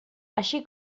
així